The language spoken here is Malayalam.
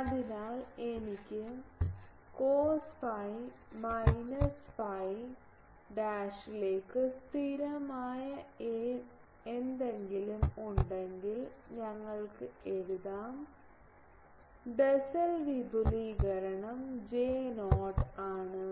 അതിനാൽ എനിക്ക് കോസ് ഫി മൈനസ് ഫൈ ഡാഷിലേക്ക് സ്ഥിരമായ എന്തെങ്കിലും ഉണ്ടെങ്കിൽ ഞങ്ങൾക്ക് എഴുതാം ബെസെൽ വിപുലീകരണം J0 ആണ്